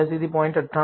88 થી 0